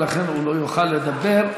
ולכן הוא לא יוכל לדבר.